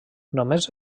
només